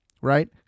Right